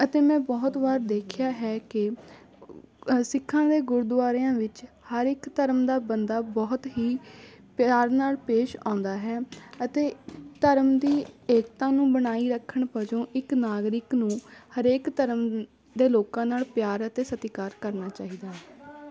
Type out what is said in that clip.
ਅਤੇ ਮੈਂ ਬਹੁਤ ਵਾਰ ਦੇਖਿਆ ਹੈ ਕਿ ਸਿੱਖਾਂ ਦੇ ਗੁਰਦੁਆਰਿਆਂ ਵਿੱਚ ਹਰ ਇੱਕ ਧਰਮ ਦਾ ਬੰਦਾ ਬਹੁਤ ਹੀ ਪਿਆਰ ਨਾਲ ਪੇਸ਼ ਆਉਂਦਾ ਹੈ ਅਤੇ ਧਰਮ ਦੀ ਏਕਤਾ ਨੂੰ ਬਣਾਈ ਰੱਖਣ ਵਜੋਂ ਇੱਕ ਨਾਗਰਿਕ ਨੂੰ ਹਰੇਕ ਧਰਮ ਦੇ ਲੋਕਾਂ ਨਾਲ ਪਿਆਰ ਅਤੇ ਸਤਿਕਾਰ ਕਰਨਾ ਚਾਹੀਦਾ ਹੈ